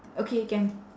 okay can